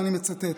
ואני מצטט: